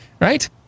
right